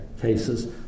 cases